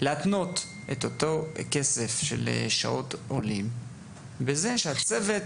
להתנות את אותו הכסף של שעות עולים בכך שהצוות